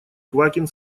квакин